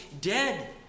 dead